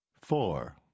Four